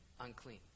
unclean